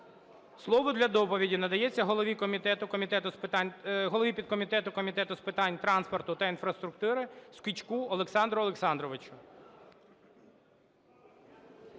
Слово для доповіді надається голові підкомітету Комітету з питань транспорту та інфраструктури Скічку Олександру Олександровичу.